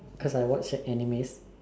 cause I watch that animes